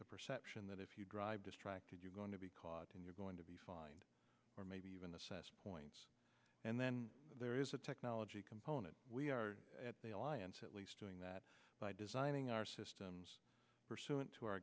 the perception that if you drive distracted you're going to be caught and you're going to be fined or maybe even the points and then there is a technology component we are at the alliance at least doing that by designing our systems